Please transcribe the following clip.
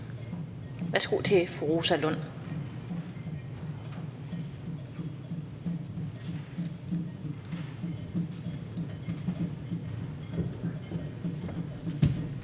Værsgo til fru Rosa Lund.